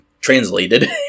translated